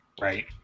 Right